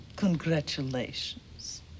Congratulations